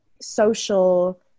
social